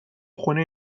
خونه